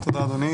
תודה, אדוני.